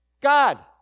God